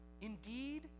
indeed